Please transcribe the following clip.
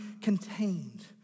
contained